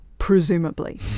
presumably